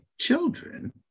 children